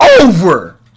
over